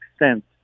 extent